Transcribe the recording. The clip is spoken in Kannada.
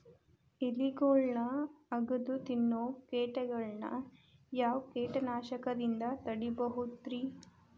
ಎಲಿಗೊಳ್ನ ಅಗದು ತಿನ್ನೋ ಕೇಟಗೊಳ್ನ ಯಾವ ಕೇಟನಾಶಕದಿಂದ ತಡಿಬೋದ್ ರಿ?